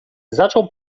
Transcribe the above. zaczął